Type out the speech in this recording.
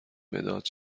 مداد